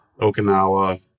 Okinawa